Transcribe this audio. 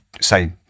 say